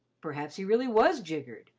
perhaps he really was jiggered.